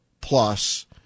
plus